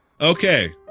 Okay